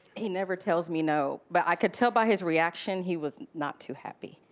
he never tells me no, but i could tell by his reaction he was not too happy.